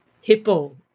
hippo